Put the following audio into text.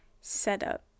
setup